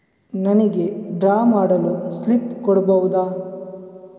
ನನಿಗೆ ಡ್ರಾ ಮಾಡಲು ಸ್ಲಿಪ್ ಕೊಡ್ಬಹುದಾ?